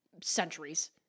centuries